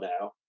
now